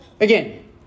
Again